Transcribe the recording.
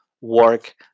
work